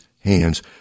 hands